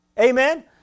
amen